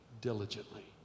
diligently